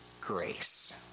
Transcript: grace